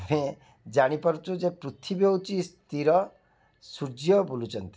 ଆମେ ଜାଣିପାରୁଛୁ ଯେ ପୃଥିବୀ ହେଉଛି ସ୍ଥିର ସୂର୍ଯ୍ୟ ବୁଲୁଛନ୍ତି